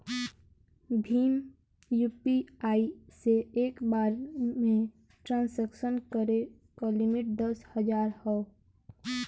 Bhim UPI से एक बार में ट्रांसक्शन करे क लिमिट दस हजार हौ